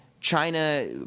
China